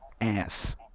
ass